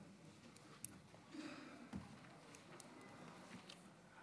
רשימת הדוברים סגורה.